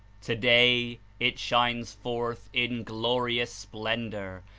today it shines forth in glorious splendor,